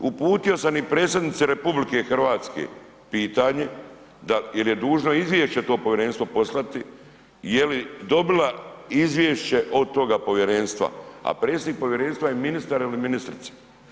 Uputio sam i Predsjednici RH pitanje, jer je dužno izvješće to povjerenstvo poslati, je li dobila izvješće od toga povjerenstva, a predsjednik povjerenstva je ministar ili ministrica.